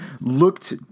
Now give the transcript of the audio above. looked